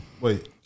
wait